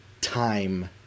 time